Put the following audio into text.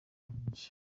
byinshi